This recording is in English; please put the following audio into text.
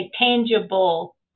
tangible